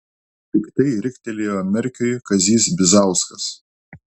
piktai riktelėjo merkiui kazys bizauskas